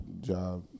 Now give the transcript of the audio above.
job